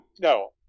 No